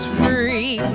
free